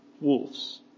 wolves